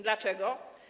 Dlaczego?